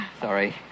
sorry